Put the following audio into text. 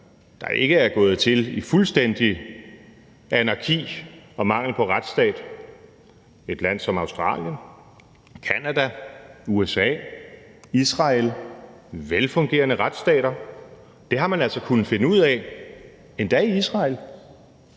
der ikke er gået til i fuldstændigt anarki og mangel på retsstat – lande som Australien, Canada, USA, Israel, velfungerende retsstater. Det har man altså kunnet finde ud af, endda i Israel,